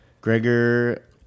Gregor